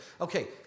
Okay